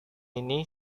ini